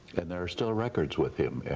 and there are still records with him,